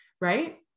Right